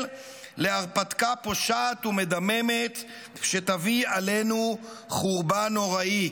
להרפתקה פושעת ומדממת שתביא עלינו חורבן נוראי.